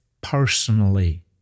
personally